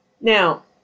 Now